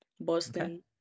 Boston